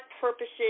purposes